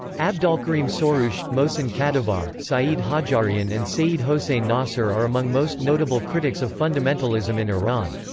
abdolkarim soroush, mohsen kadivar, saeed hajjarian and seyyed hossein nasr are among most notable critics of fundamentalism in iran.